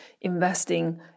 investing